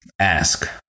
ask